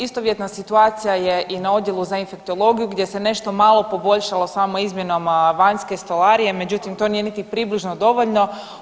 Istovjetna situacija je i na odjelu za infektologiju gdje se nešto malo poboljšalo samo izmjenama vanjske stolarije, međutim to nije niti približno dovoljno.